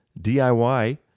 DIY